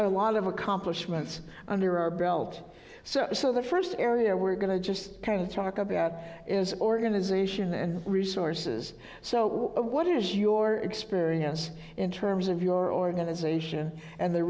a lot of accomplishments under our belt so so the first area we're going to just kind of talk about is organization and resources so what is your experience in terms of your organization and the